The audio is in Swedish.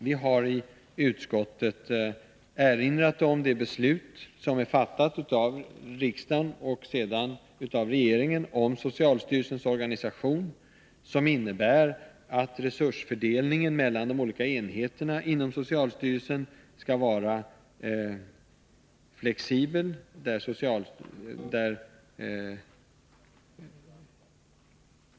Vi har i utskottet erinrat om det beslut som har fattats av riksdagen och sedan av regeringen om socialstyrelsens organisation. Det innebär att resursfördelningen mellan de olika enheterna inom socialstyrelsen skall vara flexibel.